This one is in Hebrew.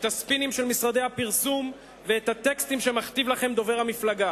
את הספינים של משרדי הפרסום ואת הטקסטים שדובר המפלגה